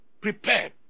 Prepare